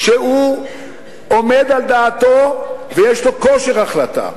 שהוא עומד על דעתו ויש לו כושר החלטה,